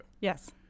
Yes